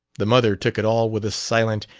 the mother took it all with a silent,